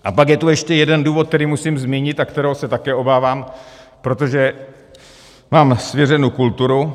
A pak je tu ještě jeden důvod, který musím zmínit a kterého se také obávám, protože mám svěřenu kulturu.